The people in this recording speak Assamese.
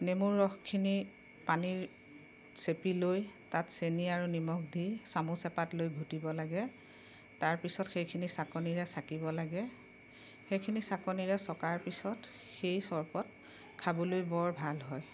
নেমুৰ ৰসখিনিত পানী চেপি লৈ তাত চেনি আৰু নিমখ দি চামুচ এপাত লৈ ঘূটিব লাগে তাৰপিছত সেইখিনি চাকনিৰে চাকিব লাগে সেইখিনি চাকনিৰে চকাৰ পিছত সেই চৰবত খাবলৈ বৰ ভাল হয়